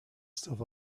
stuff